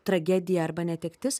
tragedija arba netektis